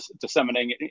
disseminating